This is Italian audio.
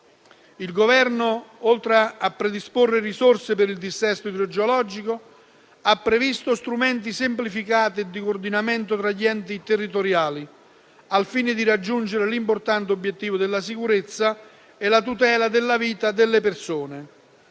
Il Governo, oltre a predisporre risorse per il dissesto idrogeologico, ha previsto strumenti semplificati e di coordinamento tra gli enti territoriali, al fine di raggiungere l'importante obiettivo della sicurezza e della tutela della vita delle persone.